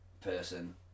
person